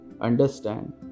understand